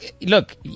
look